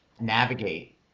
navigate